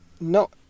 No